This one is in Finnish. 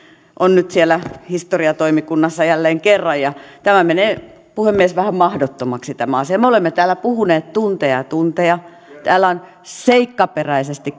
on nyt siellä historiatoimikunnassa jälleen kerran tämä asia menee puhemies vähän mahdottomaksi me olemme täällä puhuneet tunteja ja tunteja täällä on seikkaperäisesti